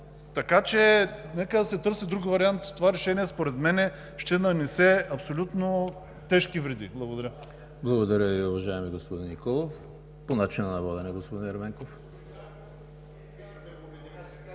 Така че нека да се търси друг вариант. Това решение според мен ще нанесе абсолютно тежки вреди. Благодаря Ви. ПРЕДСЕДАТЕЛ ЕМИЛ ХРИСТОВ: Благодаря Ви, уважаеми господин Николов. По начина на водене, господин Ерменков.